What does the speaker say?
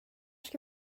ska